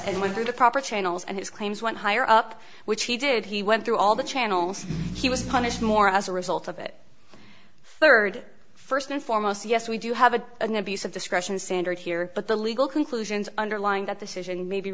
with the proper channels and his claims one higher up which he did he went through all the channels he was punished more as a result of it third first and foremost yes we do have a an abuse of discretion standard here but the legal conclusions underlying that the solution may be